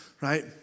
right